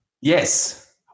Yes